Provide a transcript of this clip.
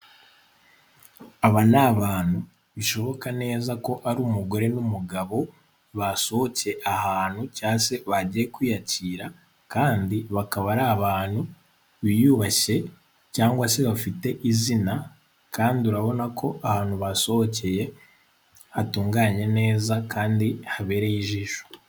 Aba ni abantu bishoboka neza ko ari umugore n'umugabo basohotse ahantu cyangwa se bagiye kwiyakira kandi bakaba ari abantu biyubashye cyangwa se bafite izina kandi urabona ko ahantu basohokeye hatunganye neza kandi habereye ijisho.